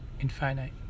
Infinite